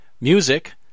Music